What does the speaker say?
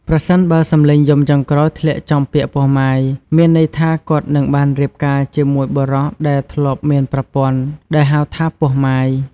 ប្រសិនបើសំឡេងយំចុងក្រោយធ្លាក់ចំពាក្យ ពោះម៉ាយ មានន័យថាគាត់នឹងបានរៀបការជាមួយបុរសដែលធ្លាប់មានប្រពន្ធដែលហៅថា ពោះម៉ាយ ។